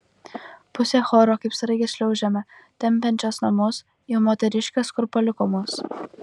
pusė choro kaip sraigės šliaužiame tempiančios namus jau moteriškės kur paliko mus